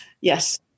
Yes